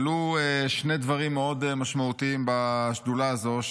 עלו שני דברים מאוד משמעותיים בשדולה הזאת,